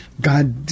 God